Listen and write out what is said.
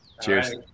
Cheers